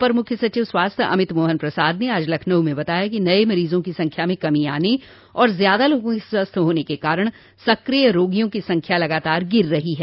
अपर मूख्य सचिव स्वास्थ्य अमित मोहन प्रसाद ने आज लखनऊ में बताया कि नये मरीजों की संख्या में कमी आने और ज्यादा लोगों के स्वस्थ होने के चलते सक्रिय रोगियों की संख्या लगातार गिर रही है